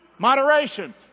Moderation